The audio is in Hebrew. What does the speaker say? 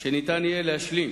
שניתן יהיה להשלים